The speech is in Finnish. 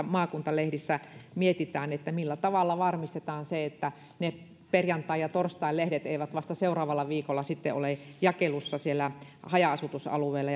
maakuntalehdissä mietitään millä tavalla varmistetaan se että ne perjantain ja torstain lehdet eivät vasta seuraavalla viikolla ole jakelussa siellä haja asutusalueella